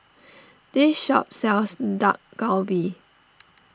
this shop sells Dak Galbi